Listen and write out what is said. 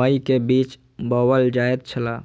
मई के बीच बौअल जायत छला